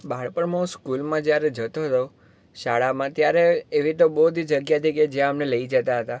બાળપણમાં હું સ્કૂલમાં જ્યારે જતો તો શાળામાં ત્યારે એવી તો બહુ બધી જગ્યા હતી કે જ્યાં અમને લઈ જતા હતા